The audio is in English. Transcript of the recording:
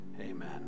Amen